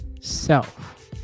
self